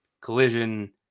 Collision